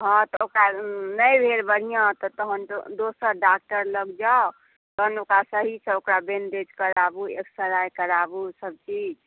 हॅं तऽ ओकरा नहि भेल बढ़िऑं तहन तऽ दोसर डाक्टर लग जाउ तहन ओकरा सहीसँ ओकरा बेन्डेज कराबू एक्सरे कराबु सभ चीज